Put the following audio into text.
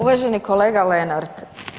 Uvaženi kolega Lenart.